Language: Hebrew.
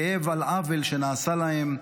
כאב על עוול שנעשה להם,